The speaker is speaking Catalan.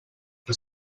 que